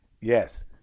Yes